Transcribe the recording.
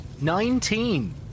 Nineteen